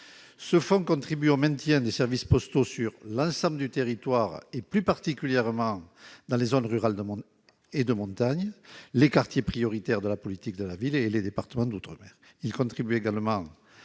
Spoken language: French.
Ce fonds contribue au maintien de services postaux sur l'ensemble du territoire, et plus particulièrement dans les zones rurales et de montagne, les quartiers prioritaires de la politique de la ville et les départements d'outre-mer. Il contribue également